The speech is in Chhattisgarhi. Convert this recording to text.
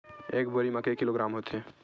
एक बोरी म के किलोग्राम होथे?